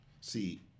See